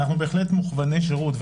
אנחנו מוכווני שירות.